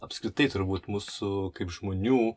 apskritai turbūt mūsų kaip žmonių